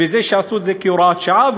בזה שעשו את זה כהוראת שעה,